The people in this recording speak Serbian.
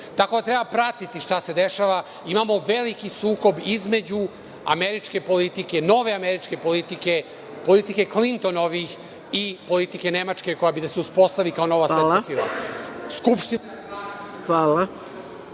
Tako da treba pratiti šta se dešava, imamo veliki sukob između američke politike, nove američke politike, politike Klintonovih i politike Nemačke koja bi da se uspostavi kao nova svetska sila. **Maja Gojković**